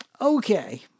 okay